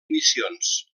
missions